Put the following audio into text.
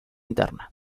interna